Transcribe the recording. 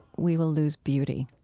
we will lose beauty